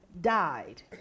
died